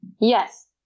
Yes